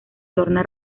torna